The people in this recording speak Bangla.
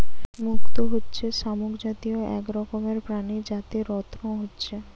মুক্ত হচ্ছে শামুক জাতীয় এক রকমের প্রাণী যাতে রত্ন হচ্ছে